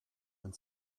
and